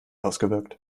ausgewirkt